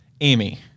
Amy